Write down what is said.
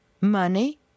money